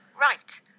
right